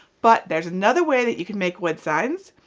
but there's another way that you can make wood signs.